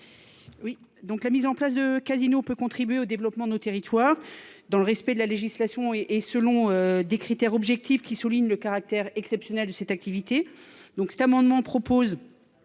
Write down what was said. la mise en place de casino peut contribuer au développement de nos territoires dans le respect de la législation et et selon des critères objectifs qui souligne le caractère exceptionnel de cette activité. Donc cet amendement propose.